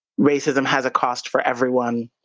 racism has a cost for everyone,